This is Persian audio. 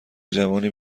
جوانی